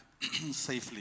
safely